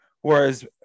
whereas